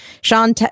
Sean